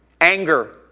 Anger